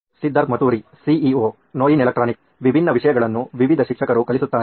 Siddharth Maturi CEO ನೋಯಿನ್ electronics ವಿಭಿನ್ನ ವಿಷಯಗಳನ್ನು ವಿವಿಧ ಶಿಕ್ಷಕರು ಕಲಿಸುತ್ತಾರೆ